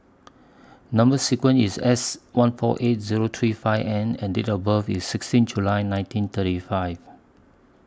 Number sequence IS S one four eight Zero three five N and Date of birth IS sixteen July nineteen thirty five